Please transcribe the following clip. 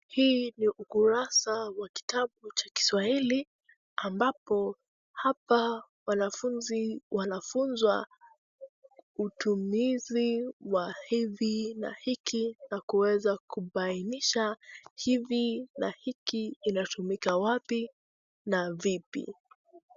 Hii ni ukurasa wa kitabu cha kiswahili ambapo hapa wanafunzi wanafunzwa utumizi wa hivi na hiki na kuweza kubainisha hivi na hiki inatumika wapi na vipi.